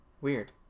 Weird